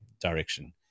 direction